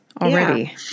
already